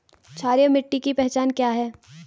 क्षारीय मिट्टी की पहचान क्या है?